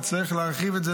וצריך להרחיב את זה,